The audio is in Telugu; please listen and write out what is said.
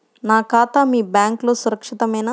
నా ఖాతా మీ బ్యాంక్లో సురక్షితమేనా?